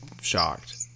shocked